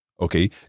Okay